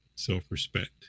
self-respect